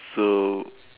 so